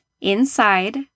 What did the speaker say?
Inside